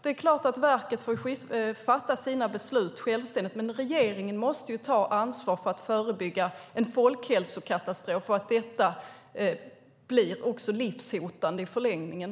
Det är klart att verket får fatta sina beslut självständigt, men regeringen måste ta ansvar för att förebygga en folkhälsokatastrof. Detta kan också bli livshotande i förlängningen.